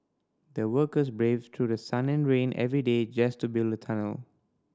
the workers braved through the sun rain every day just to build the tunnel